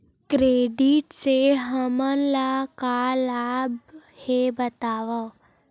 Credit से हमला का लाभ हे बतावव?